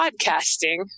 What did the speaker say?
podcasting